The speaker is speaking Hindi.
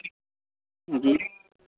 जी